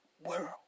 world